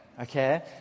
Okay